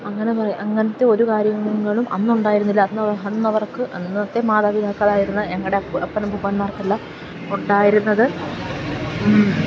അങ്ങനത്തെ ഒരു കാര്യങ്ങളും അന്നുണ്ടായിരുന്നില്ല അന്നവർക്ക് അന്നത്തെ മാതാപിതാക്കളായിരുന്ന ഞങ്ങളുടെ അപ്പനപ്പൂപ്പാന്മാർക്കെല്ലാം ഉണ്ടായിരുന്നത്